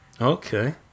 Okay